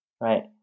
right